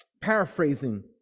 paraphrasing